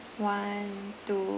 one two